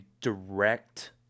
direct